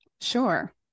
Sure